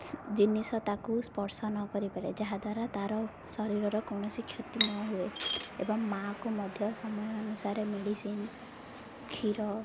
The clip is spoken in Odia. ଜିନିଷ ତାକୁ ସ୍ପର୍ଶ ନ କରିପାରେ ଯାହାଦ୍ୱାରା ତା'ର ଶରୀରର କୌଣସି କ୍ଷତି ନ ହୁଏ ଏବଂ ମାଆକୁ ମଧ୍ୟ ସମୟ ଅନୁସାରେ ମେଡ଼ିସିନ୍ କ୍ଷୀର